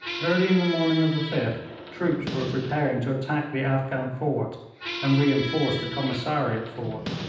early in the morning of the fifth troops were preparing to attack the afghan fort and reinforce the commissariat fort,